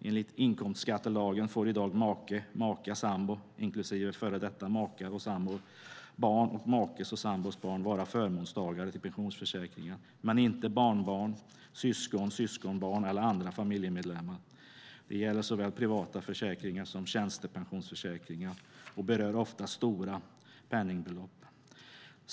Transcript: Enligt inkomstskattelagen får i dag make, maka, sambo, inklusive före detta makar och sambor, barn och makes och sambos barn vara förmånstagare till pensionsförsäkringar, men inte barnbarn, syskon, syskonbarn eller andra familjemedlemmar. Detta gäller såväl privata försäkringar som tjänstepensionsförsäkringar och berör ofta stora penningbelopp.